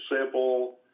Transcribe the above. simple